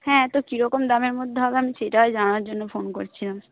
হ্যাঁ তো কীরকম দামের মধ্যে হবে আমি সেটাই জানার জন্য ফোন করছিলাম